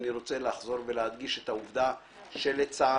אני רוצה לחזור ולהדגיש את העובדה שלצערי,